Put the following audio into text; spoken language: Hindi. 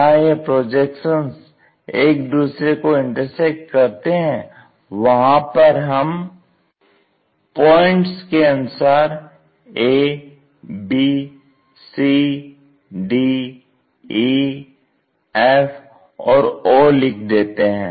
जहां यह प्रोजेक्शंस एक दूसरे को इंटरसेक्ट करते हैं वहां पर हम प्वाइंट्स के अनुसार a b c d e f और o लिख देते हैं